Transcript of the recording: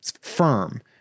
firm